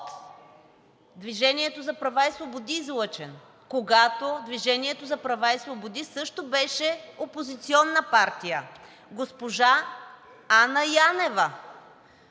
„Движение за права и свободи“, излъчен, когато „Движение за прав и свободи“ също беше опозиционна партия. Госпожа Анна Янева